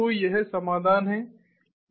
तो यह समाधान है जो यह SDWMN है